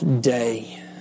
day